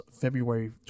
February